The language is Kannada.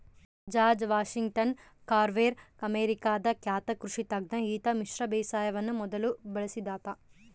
ಜಾರ್ಜ್ ವಾಷಿಂಗ್ಟನ್ ಕಾರ್ವೆರ್ ಅಮೇರಿಕಾದ ಖ್ಯಾತ ಕೃಷಿ ತಜ್ಞ ಈತ ಮಿಶ್ರ ಬೇಸಾಯವನ್ನು ಮೊದಲು ಬಳಸಿದಾತ